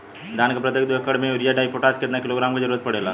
धान के प्रत्येक दो एकड़ खेत मे यूरिया डाईपोटाष कितना किलोग्राम क जरूरत पड़ेला?